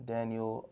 Daniel